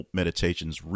meditations